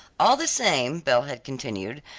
all the same, belle had continued,